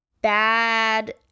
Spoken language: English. Bad